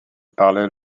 parlait